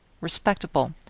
respectable